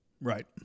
right